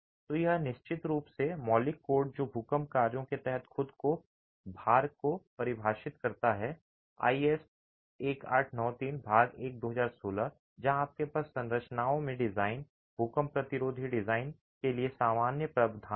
तो यहाँ निश्चित रूप से मौलिक कोड जो भूकंप कार्यों के तहत खुद को भार को परिभाषित करता है IS 1893 भाग 1 2016 जहां आपके पास संरचनाओं के डिजाइन भूकंप प्रतिरोधी डिजाइन के लिए सामान्य प्रावधान हैं